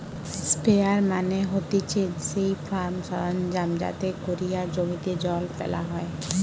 sprayer মানে হতিছে সেই ফার্ম সরঞ্জাম যাতে কোরিয়া জমিতে জল ফেলা হয়